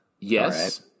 Yes